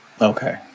Okay